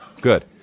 good